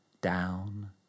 Down